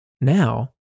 Now